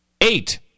eight